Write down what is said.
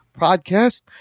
podcast